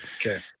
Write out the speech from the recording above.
okay